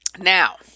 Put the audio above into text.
now